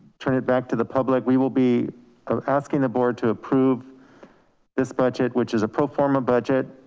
turn it back to the public. we will be ah asking the board to approve this budget, which is a proforma budget.